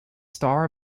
star